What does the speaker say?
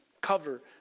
cover